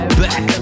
back